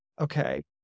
okay